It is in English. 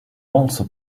also